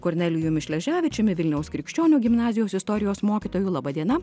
kornelijumi šleževičiumi vilniaus krikščionių gimnazijos istorijos mokytoju laba diena